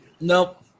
Nope